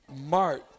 Mark